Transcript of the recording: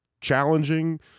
challenging